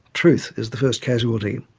truth is the first casualty.